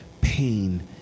pain